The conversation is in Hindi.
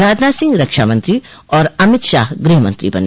राजनाथ सिंह रक्षा मंत्री और अमित शाह गृहमंत्री बने